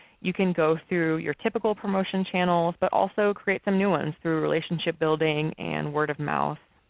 you can go through your typical promotion channels, but also create some new ones through relationship building and word-of-mouth.